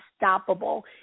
unstoppable